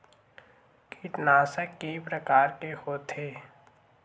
कीटनाशक के प्रकार के होथे?